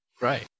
Right